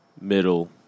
Middle